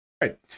right